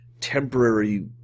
temporary